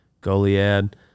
Goliad